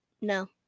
no